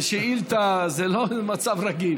זה שאילתה, זה לא איזה מצב רגיל.